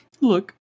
look